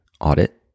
audit